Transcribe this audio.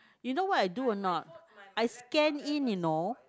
you know what I do or not I scan in you know